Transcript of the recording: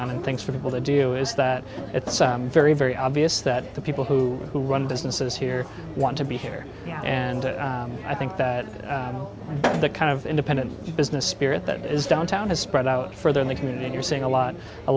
on and things for people to do is that it's very very obvious that the people who who run businesses here want to be here and i think that the kind of independent business spirit that is downtown is spread out further in the community and you're seeing a lot a